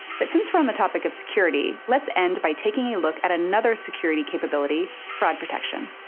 but since we're in the topic of security, let's end by taking a look at another security capability fraud protection.